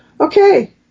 Okay